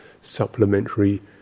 supplementary